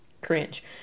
cringe